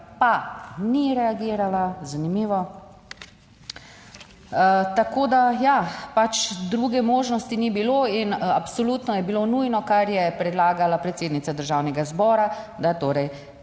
pa ni reagirala. Zanimivo. Tako da ja, pač druge možnosti ni bilo in absolutno je bilo nujno kar je predlagala predsednica Državnega zbora, da torej